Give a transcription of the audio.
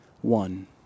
one